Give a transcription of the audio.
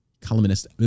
columnist